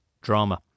Drama